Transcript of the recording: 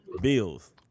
bills